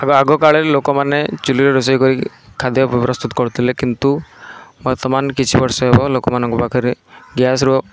ଆଗକାଳରେ ଲୋକମାନେ ଚୁଲିରେ ରୋଷେଇ କରିକି ଖାଦ୍ୟ ପ୍ରସ୍ତୁତ କରୁଥିଲେ କିନ୍ତୁ ବର୍ତ୍ତମାନ କିଛି ବର୍ଷ ହେବ ଲୋକମାନଙ୍କ ପାଖରେ ଗ୍ୟାସ୍ର